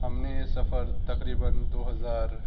ہم نے یہ سفر تقریباً دو ہزار